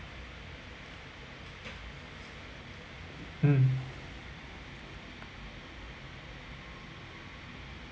mm